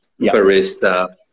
barista